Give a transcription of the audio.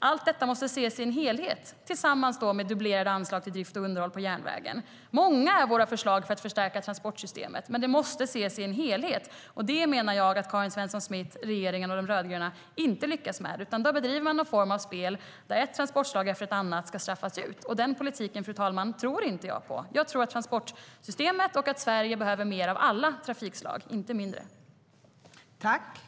Allt detta måste ses i en helhet, tillsammans med dubblerade anslag till drift och underhåll i fråga om järnvägen.